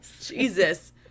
Jesus